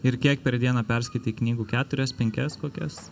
ir kiek per dieną perskaitai knygų keturias penkias kokias